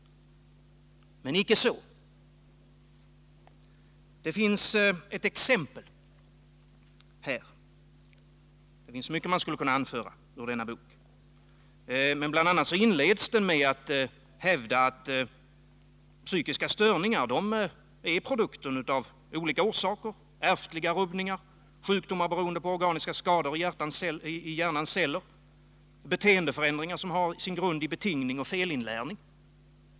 Men icke så. Det finns mycket man skulle kunna anföra ur denna bok, men bl.a. inleds den med att hävda att psykiska störningar är produkten av olika orsaker, ärftliga rubbningar, sjukdomar beroende på organiska skador i hjärnans celler, beteendeförändringar som har sin grund i betingning och felinlärning.